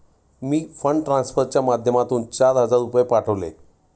मी fund ट्रान्सफरच्या माध्यमातून चार हजार रुपये पाठवले